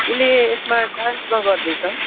उसले यसमा डान्समा गर्दैछ